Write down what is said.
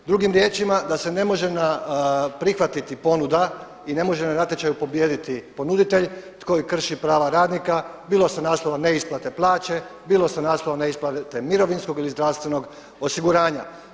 Drugim riječima da se ne može prihvatiti ponuda i ne može na natječaju pobijediti ponuditelj koji krši prava radnika bilo sa naslov neisplate plaće, bilo sa naslova neisplate mirovinskog ili zdravstvenog osiguranja.